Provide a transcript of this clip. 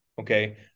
okay